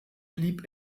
blieb